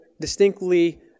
distinctly